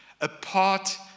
apart